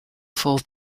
full